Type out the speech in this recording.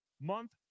month